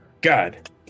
God